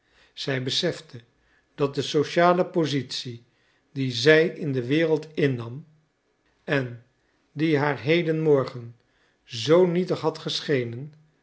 zij besefte dat de sociale positie die zij in de wereld innam en die haar heden morgen zoo nietig had geschenen